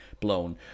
blown